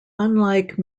unlike